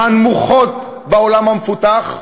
מהנמוכות בעולם המפותח,